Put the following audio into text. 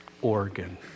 Oregon